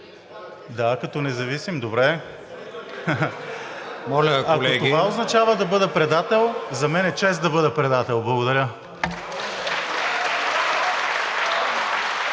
Да, като независим, добре. …ако това означава да бъда предател, за мен е чест да бъда предател. Благодаря.